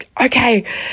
okay